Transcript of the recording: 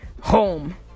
home